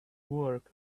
work